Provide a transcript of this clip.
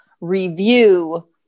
review